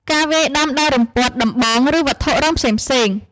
ការវាយដំដោយរំពាត់ ដំបង ឬវត្ថុរឹងផ្សេងៗ។